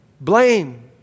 blame